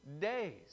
days